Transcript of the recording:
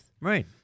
right